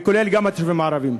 כולל גם התושבים הערבים.